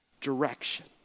direction